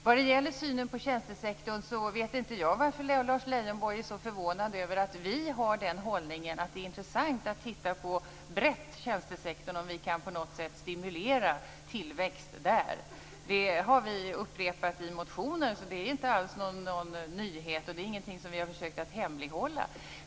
Vad gäller synen på tjänstesektorn, vet inte jag varför Lars Leijonborg är så förvånad över att vi har hållningen att det är intressant att göra en bred översyn av tjänstesektorn och se om det går att stimulera tillväxten där. Det har vi upprepat i motioner, och därför är det inte någon nyhet. Det är ingenting vi har försökt att hemlighålla.